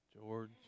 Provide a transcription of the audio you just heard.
George